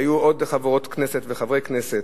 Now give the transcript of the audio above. והיו עוד חברות כנסת וחברי כנסת.